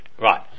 right